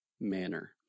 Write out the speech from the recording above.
manner